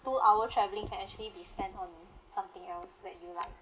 two hour travelling can actually be spent on something else that you like